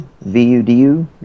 V-U-D-U